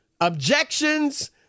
objections